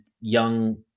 young